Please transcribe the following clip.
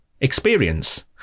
experience